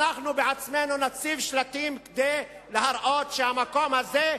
אנחנו בעצמנו נציב שלטים כדי להראות שהמקום הזה,